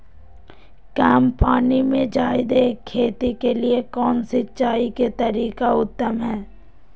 कम पानी में जयादे खेती के लिए कौन सिंचाई के तरीका उत्तम है?